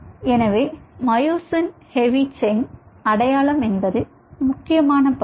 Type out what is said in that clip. எனவே myosin heavy chain அடையாளம் என்பது முக்கியமான பகுதி